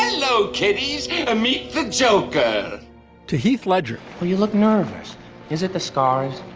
low katie's meat the joke to heath ledger. well you look nervous is it the scars.